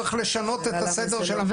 צריך לשנות את הסדר של המנגנון.